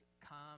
come